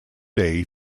day